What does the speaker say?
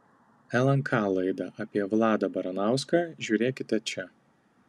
lnk laidą apie vladą baranauską žiūrėkite čia